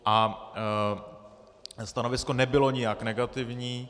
A stanovisko nebylo nijak negativní.